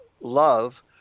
love